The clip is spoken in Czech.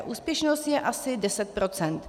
Úspěšnost je asi 10 %.